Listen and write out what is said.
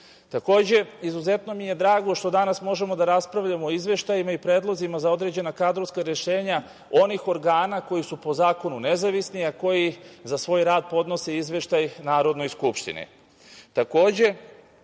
izuzetno mi je drago što danas možemo da raspravljamo o izveštajima i predlozima za određena kadrovska rešenja onih organa koji su po zakonu nezavisni, a koji za svoj rad podnose izveštaj Narodnoj skupštini.